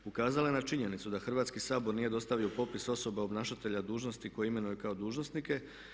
Ukazala je na činjenicu da Hrvatski sabor nije dostavio popis osoba obnašatelja dužnosti koje imenuje kao dužnosnike.